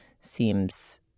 seems